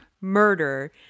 murder